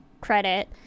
credit